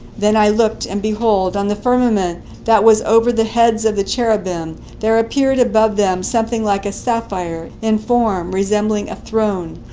then i looked, and behold, on the firmament that was over the heads of the cherubim there appeared above them something like a sapphire, in form resembling a throne.